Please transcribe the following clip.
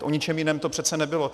O ničem jiném to přece nebylo.